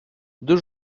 deux